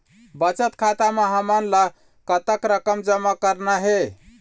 बचत खाता म हमन ला कतक रकम जमा करना हे?